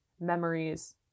memories